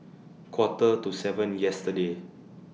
Quarter to seven yesterday